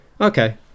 Okay